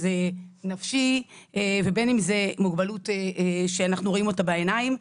שזה נפשי ובין אם זה מוגבלות שאנחנו רואים אותה בעיניים.